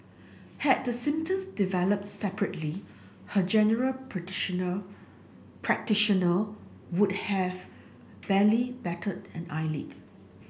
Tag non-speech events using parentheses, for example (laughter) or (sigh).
had the symptoms develops separately her general (unintelligible) practitioner would have barely batted an eyelid